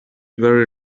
very